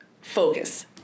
focus